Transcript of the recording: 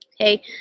Okay